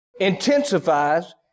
intensifies